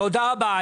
תודה רבה.